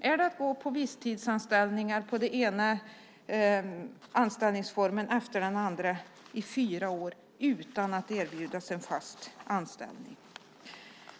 Är det att man ska ha visstidsanställningar i den ena anställningsformen efter den andra i fyra år utan att erbjudas en fast anställning?